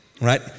Right